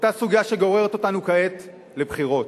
אותה סוגיה שגוררת אותנו כעת לבחירות.